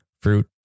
fruit